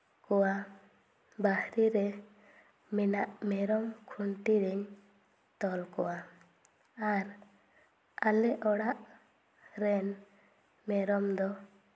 ᱠᱚᱣᱟ ᱵᱟᱦᱨᱮ ᱨᱮ ᱢᱮᱱᱟᱜ ᱢᱮᱨᱚᱢ ᱠᱷᱩᱱᱴᱤ ᱨᱮᱧ ᱛᱚᱞ ᱠᱚᱣᱟ ᱟᱨ ᱟᱞᱮ ᱚᱲᱟᱜ ᱨᱮᱱ ᱢᱮᱨᱚᱢ ᱫᱚ